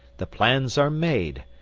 the plans are made,